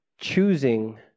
choosing